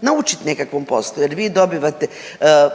naučiti nekakvom poslu jer vi dobivate